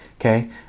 okay